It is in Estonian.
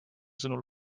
sõnul